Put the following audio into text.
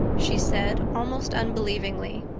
she said, almost unbelievingly.